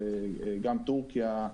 טורקיה,